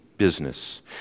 Business